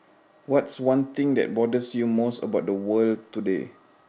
what's one thing that bothers you most about the world today